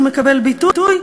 ומקבל ביטוי,